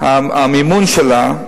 המימון שלו,